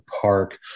park